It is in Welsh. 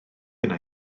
yna